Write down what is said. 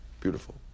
Beautiful